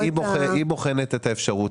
היא בוחנת את האפשרות.